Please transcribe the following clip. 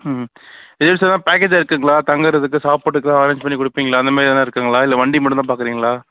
ம் இது சார் பேக்கேஜாக இருக்குங்களா தங்கறதுக்கு சாப்பிட்றதுக்குலாம் அரேஞ்ச் பண்ணி கொடுப்பீங்களா அந்தமாதிரி ஏதாவது இருக்குங்களா இல்லை வண்டி மட்டும் தான் பார்க்குறீங்களா